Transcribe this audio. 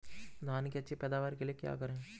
धान की अच्छी पैदावार के लिए क्या करें?